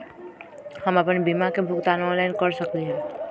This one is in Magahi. हम अपन बीमा के भुगतान ऑनलाइन कर सकली ह?